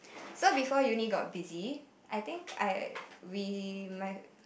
so before uni got busy I think I we might